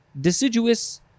deciduous